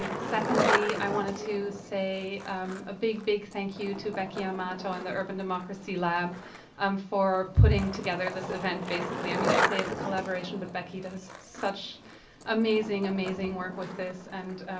and secondly, i wanted to say a big, big thank you to becky amato and the urban democracy lab um for putting together this event, basically. i mean, i say it's a collaboration, but becky does such amazing, amazing work with this. and,